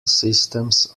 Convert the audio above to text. systems